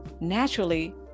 naturally